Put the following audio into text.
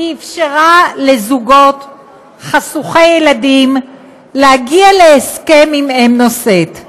היא אפשרה לזוגות חשוכי ילדים להגיע להסכם עם אם נושאת.